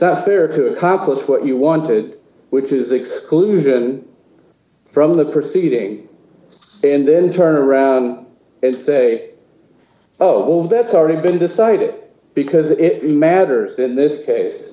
not fair to accomplish what you wanted which is exclusion from the proceeding and then turn around and say oh that's already been decided because it matters in this case